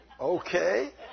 okay